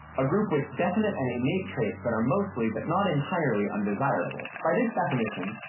a group with definite and innate traits that are mostly, but not entirely, undesirable. by this definition,